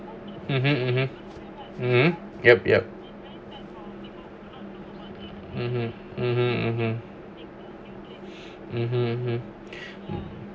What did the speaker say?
(uh huh) yup yup (uh huh) (uh huh)